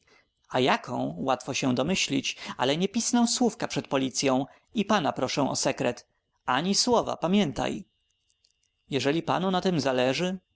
a jaką łatwo się domyśleć ale nie pisnę słówka przed policyą i pana proszę o sekret ani słowa pamiętaj jeżeli panu na tem zależy